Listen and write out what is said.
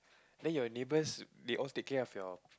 then your neighbours they all take care of your